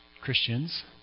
Christians